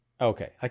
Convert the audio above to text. Okay